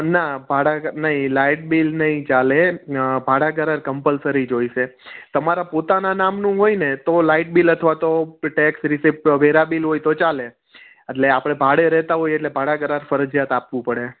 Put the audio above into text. ના ભાડા નહીં લાઇટ બિલ નહીં ચાલે ભાડા કરાર કમ્પલસરી જોઈશે તમારા પોતાના નામનું હોય ને તો લાઈટ બિલ અથવા તો ટેક્સ રિસિપ્ટ વેરા બિલ હોય તો ચાલે એટલે આપણે ભાડે રહેતા હોય એટલે ભાડા કરાર ફરજિયાત આપવું પડે